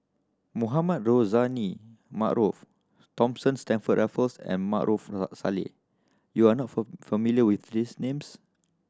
Mohamed Rozani Maarof Thomas Stamford Raffles and Maarof Salleh you are not familiar with these names